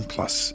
Plus